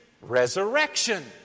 resurrection